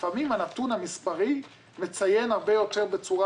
לפעמים הנתון המספרי מציין הרבה יותר בצורה